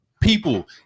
people